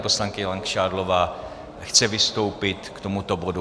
Poslankyně Langšádlová chce vystoupit k tomuto bodu.